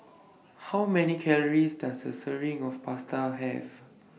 How Many Calories Does A Serving of Chicken Pasta Have